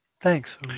Thanks